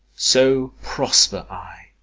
so prosper i,